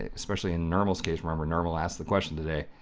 ah especially a nermal's case, remember nermal asked the question today,